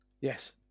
Yes